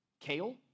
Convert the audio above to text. Kale